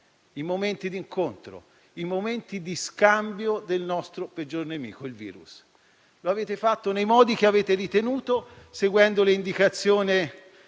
i momenti di incontro, le occasioni di scambio del nostro peggior nemico, il virus. Lo avete fatto nei modi che avete ritenuto, seguendo le indicazioni